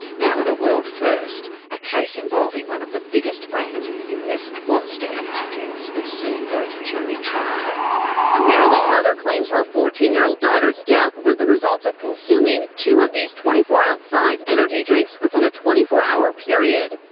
now in a world-first, a case involving one of the biggest brands in the us, monster energy drinks, will soon go to jury trial. a maryland mother claims her fourteen year old daughter's death was the result of consuming two of these twenty four ounce size energy drinks within a twenty four hour period.